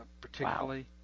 Particularly